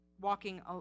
walking